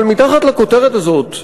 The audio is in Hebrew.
אבל מתחת לכותרת הזאת,